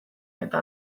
eta